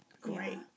great